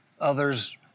others